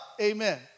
amen